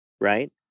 right